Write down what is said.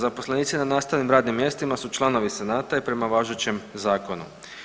Zaposlenici na nastavnim radnim mjestima su članovi senata i prema važećem zakonu.